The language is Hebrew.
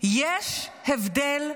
יש הבדל,